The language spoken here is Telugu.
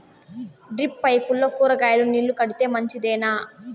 డ్రిప్ పైపుల్లో కూరగాయలు నీళ్లు కడితే మంచిదేనా?